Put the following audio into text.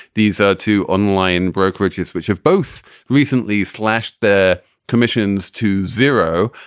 these are two online brokerages which have both recently slashed the commissions to zero.